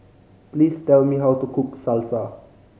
please tell me how to cook Salsa